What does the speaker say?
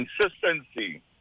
consistency